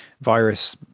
virus